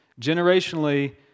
Generationally